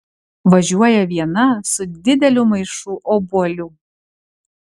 važiuoja viena su dideliu maišu obuolių